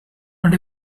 and